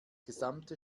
gesamte